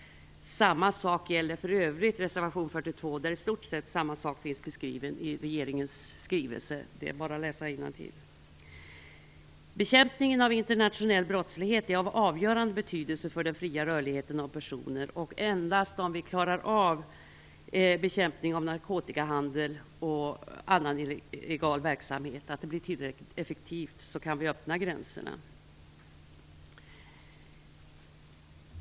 Samma sak gäller för övrigt beträffande reservation nr 42 - i stort sett samma sak finns redovisad i regeringens skrivelse. Det är bara att läsa innantill. Bekämpningen av internationell brottslighet är av avgörande betydelse för den fria rörligheten för personer. Endast om vi tillräckligt effektivt klarar en bekämpning av narkotikahandel och annan illegal verksamhet kan vi öppna gränserna.